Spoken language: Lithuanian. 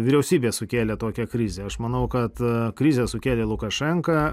vyriausybė sukėlė tokią krizę aš manau kad krizę sukėlė lukašenka